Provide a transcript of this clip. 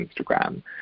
Instagram